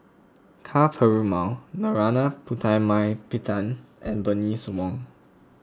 Ka Perumal Narana Putumaippittan and Bernice Wong